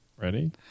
Ready